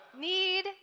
need